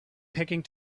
picking